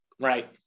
Right